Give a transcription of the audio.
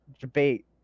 Debate